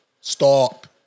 Stop